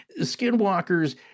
Skinwalker's